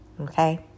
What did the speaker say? Okay